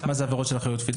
מה זה עבירות של אחריות קפידה?